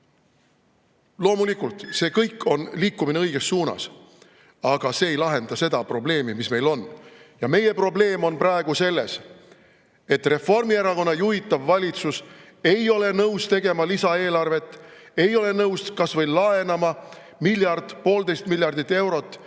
Loomulikult see on liikumine õiges suunas, aga see ei lahenda seda probleemi, mis meil on. Meie probleem on praegu selles, et Reformierakonna juhitav valitsus ei ole nõus tegema lisaeelarvet, ei ole nõus kas või laenama miljardit või pooltteist miljardit eurot,